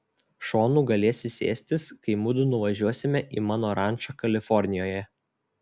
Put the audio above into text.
šonu galėsi sėstis kai mudu nuvažiuosime į mano rančą kalifornijoje